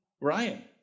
Ryan